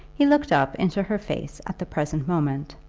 he looked up into her face at the present moment,